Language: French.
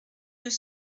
deux